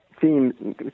themes